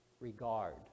regard